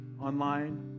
online